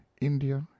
India